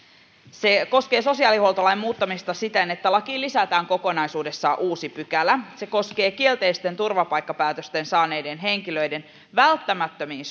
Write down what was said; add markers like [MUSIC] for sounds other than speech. se koskee sosiaalihuoltolain muuttamista siten että lakiin lisätään kokonaisuudessaan uusi pykälä se koskee kielteisten turvapaikkapäätösten saaneiden henkilöiden välttämättömiin [UNINTELLIGIBLE]